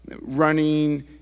running